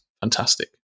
fantastic